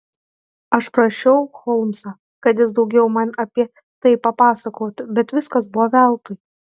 aš prašiau holmsą kad jis daugiau man apie tai papasakotų bet viskas buvo veltui